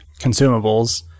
consumables